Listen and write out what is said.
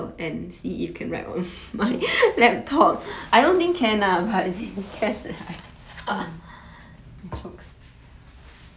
oh